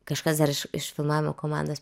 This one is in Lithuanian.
kažkas dar iš iš filmavimo komandos